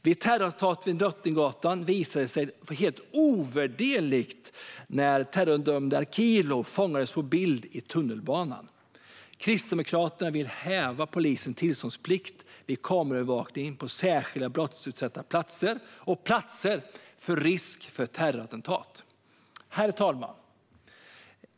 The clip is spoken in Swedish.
Vid terrorattentatet på Drottninggatan visade det sig helt ovärderligt när terrordömde Akilov fångades på bild i tunnelbanan. Kristdemokraterna vill häva polisens tillståndsplikt vid kameraövervakning på särskilt brottsutsatta platser och platser med risk för terrorattentat. Herr talman!